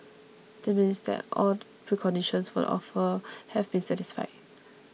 this means that all preconditions for the offer have been satisfied